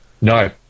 No